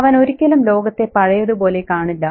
അവൻ ഒരിക്കലും ലോകത്തെ പഴയതു പോലെ കാണില്ല